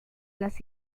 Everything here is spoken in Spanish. las